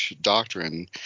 doctrine